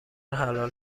حلال